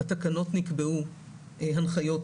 בתקנות נקבעו הנחיות,